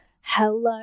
Hello